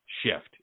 shift